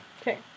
Okay